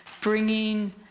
bringing